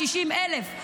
60,000,